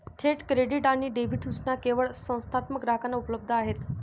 थेट क्रेडिट आणि डेबिट सूचना केवळ संस्थात्मक ग्राहकांना उपलब्ध आहेत